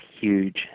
huge